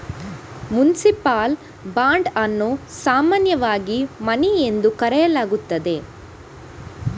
municipal bond ಅನ್ನು ಸಾಮಾನ್ಯವಾಗಿ money ಎಂದು ಕರೆಯಲಾಗುತ್ತದೆ